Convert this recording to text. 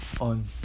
on